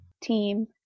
team